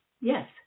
yes